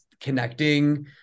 connecting